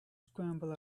scramble